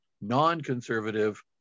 non-conservative